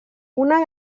una